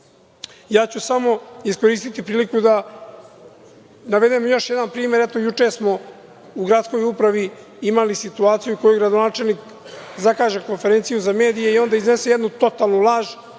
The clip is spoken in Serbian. ću samo iskoristiti priliku da navedem još jedan primer. Juče smo u gradskoj upravi imali situaciju, u kojoj gradonačelnik zakaže konferenciju za medije i onda iznese jednu totalnu laž,